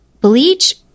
bleach